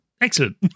Excellent